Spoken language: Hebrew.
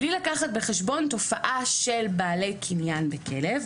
בלי לקחת בחשבון תופעה של בעלי קניין וכלב,